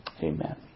Amen